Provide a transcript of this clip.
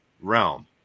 realm